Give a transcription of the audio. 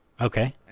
Okay